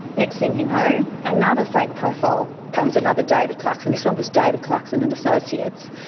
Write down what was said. next thing you know another fake profile comes, another david clarkson this one was david clarkson and associates,